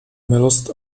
milost